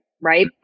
Right